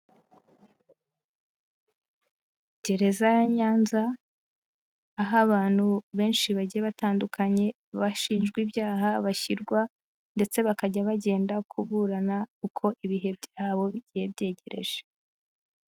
Gereza ya Nyanza, aho abantu benshi bagiye batandukanye bashinjwa ibyaha, bashyirwa ndetse bakajya bagenda kuburana uko ibihe byabo bigiye byegereje.